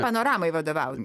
panoramai vadovau